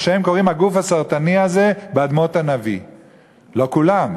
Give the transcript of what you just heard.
מה שהם קוראים "הגוף הסרטני הזה באדמות הנביא"; לא כולם,